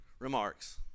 Remarks